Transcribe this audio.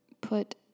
put